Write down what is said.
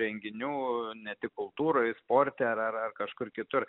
renginių ne tik kultūroj sporte ar kažkur kitur